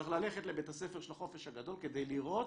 צריך ללכת לבית הספר של החופש הגדול כדי לראות